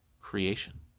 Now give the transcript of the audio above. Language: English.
creation